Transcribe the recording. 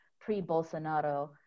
pre-Bolsonaro